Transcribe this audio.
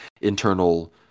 internal